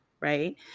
Right